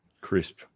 Crisp